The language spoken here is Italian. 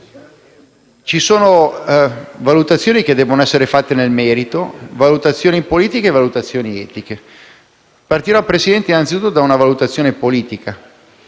Ci sono valutazioni che devono essere fatte nel merito, valutazioni politiche e valutazioni etiche. Partirò, Presidente, innanzitutto da una valutazione politica: